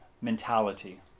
mentality